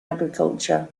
agriculture